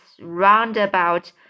roundabout